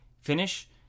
finish